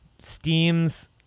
Steam's